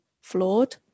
flawed